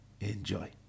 Enjoy